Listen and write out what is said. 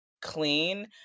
clean